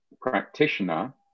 practitioner